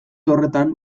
horretan